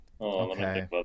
Okay